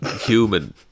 human